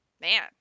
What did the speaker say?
man